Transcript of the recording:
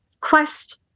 quest